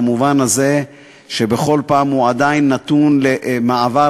במובן הזה שבכל פעם הוא עדיין נתון למעבר